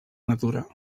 natura